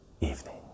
evening